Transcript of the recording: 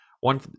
One